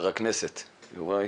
הכנסת יוראי,